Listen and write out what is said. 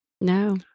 No